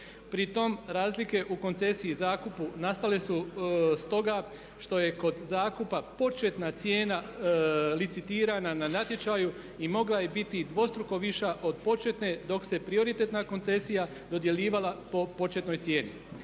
Pritom razlike u koncesiji zakupa nastale su stoga što je kod zakupa početna cijena licitirana na natječaju i mogla je biti dvostruko viša od početne dok se prioritetna koncesija dodjeljivala po početnoj cijeni.